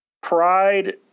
Pride